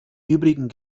übrigen